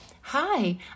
hi